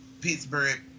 Pittsburgh